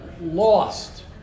lost